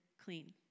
clean